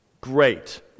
great